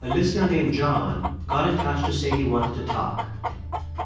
a listener named john got in touch to say he wanted to talk